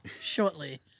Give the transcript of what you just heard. shortly